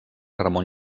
ramon